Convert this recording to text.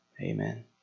amen